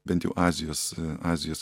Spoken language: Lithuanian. bent jau azijos azijos